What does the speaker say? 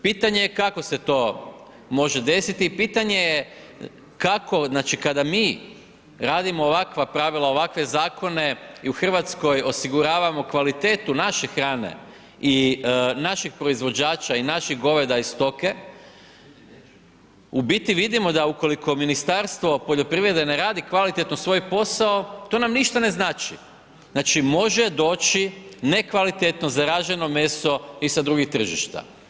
Pitanje je kako se to može desiti i pitanje je kako, znači, kada mi radimo ovakva pravila, ovakve zakone i u RH osiguravamo kvalitetu naše hrane i našeg proizvođača i naših goveda i stoke, u biti vidimo da ukoliko Ministarstvo poljoprivrede ne radi kvalitetno svoj posao, to nam ništa ne znači, znači, može doći nekvalitetno zaraženo meso i sa drugih tržišta.